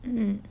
mmhmm